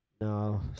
No